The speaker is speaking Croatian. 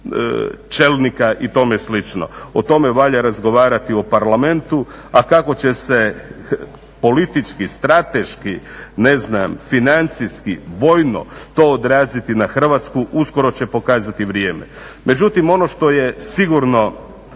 čelnika i tome slično? O tome valjda razgovarati u parlamentu, a kako će se politički strateški, ne znam, financijski, vojno to odraziti na Hrvatsku, uskoro će pokazati vrijeme. Međutim, ono što je sigurno